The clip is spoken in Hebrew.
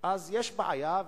יש בעיה,